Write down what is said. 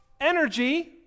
energy